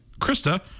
Krista